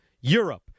europe